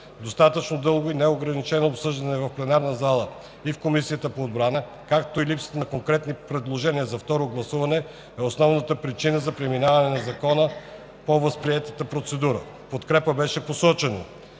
Достатъчно дългото и неограничено обсъждане в пленарна зала и в Комисията по отбрана, както и липсата на конкретни предложения за второ гласуване, е основната причина за преминаване на Закона по възприетата процедура. В подкрепа беше посочено,